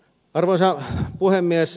arvoisa puhemies